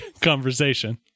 conversation